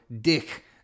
dick